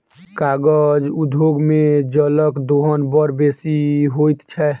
कागज उद्योग मे जलक दोहन बड़ बेसी होइत छै